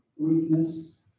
Weakness